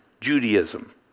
Judaism